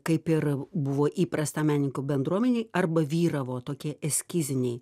kaip ir buvo įprasta menininkų bendruomenėj arba vyravo tokie eskiziniai